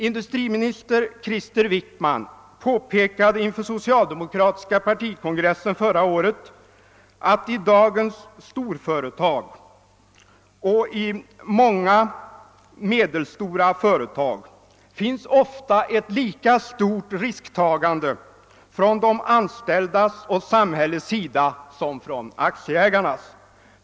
Industriminister Krister Wickman påpekade inför socialdemokratiska partikongressen förra året att det i dagens storföretag och i många medelstora företag ofta finns ett lika stort risktagande från de anställdas och samhällets sida som från aktieägarnas.